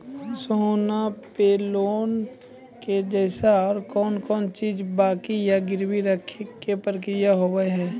सोना पे लोन के जैसे और कौन कौन चीज बंकी या गिरवी रखे के प्रक्रिया हाव हाय?